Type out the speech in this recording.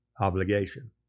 obligation